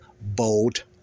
bold